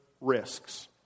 risks